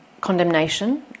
condemnation